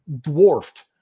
dwarfed